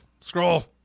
scroll